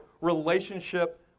relationship